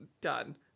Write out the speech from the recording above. done